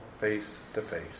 face-to-face